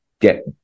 get